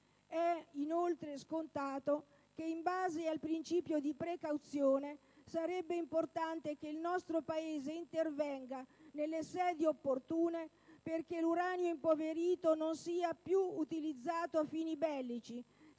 È inoltre scontato che in base al principio di precauzione sarebbe importante che il nostro Paese intervenga nelle sedi opportune perché l'uranio impoverito non sia più utilizzato a fini bellici,